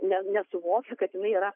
ne nesuvokia kad jinai yra